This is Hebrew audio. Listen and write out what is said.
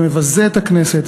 זה מבזה את הכנסת,